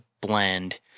blend